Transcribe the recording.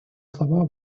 слова